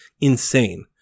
insane